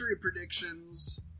predictions